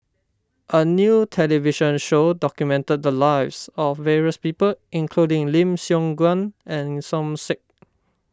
a new television show documented the lives of various people including Lim Siong Guan and Som Said